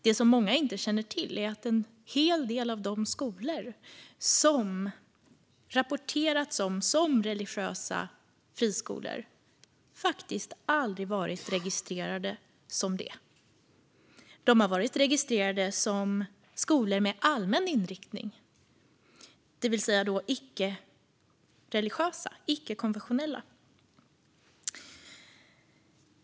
Det många inte känner till är att en hel del av de skolor som det har rapporterats om som religiösa friskolor faktiskt aldrig har varit registrerade som sådana. De har varit registrerade som skolor med allmän inriktning, det vill säga icke-religiösa och icke-konfessionella.